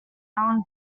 allen